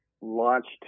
launched